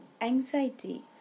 anxiety